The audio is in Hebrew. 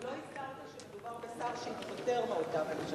ולא הזכרת שמדובר בשר שהתפטר מאותה ממשלה.